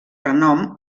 renom